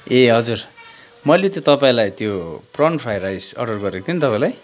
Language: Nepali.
ए हजुर मैले त्यो तपाईँलाई त्यो प्राउन फ्राइड राइस अर्डर गरेको थिएँ नि तपाईँलाई